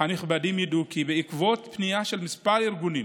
הנכבדים ידעו כי בעקבות פנייה של כמה ארגונים